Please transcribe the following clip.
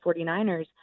49ers